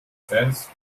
sens